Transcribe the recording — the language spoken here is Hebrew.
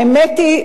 האמת היא,